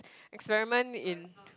experiment in